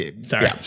sorry